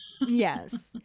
Yes